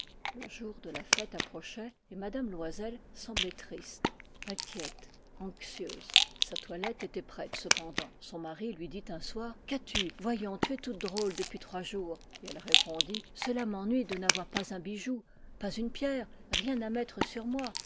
le jour de la fête approchait et m loisel semblait triste inquiète anxieuse sa toilette était prête cependant son mari lui dit un soir qu'as-tu voyons tu es toute drôle depuis trois jours et elle répondit cela m'ennuie de n'avoir pas un bijou pas une pierre rien à mettre sur moi